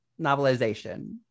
novelization